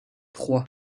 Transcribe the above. trois